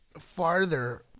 farther